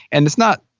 and it's not,